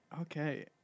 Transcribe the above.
okay